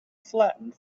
flattened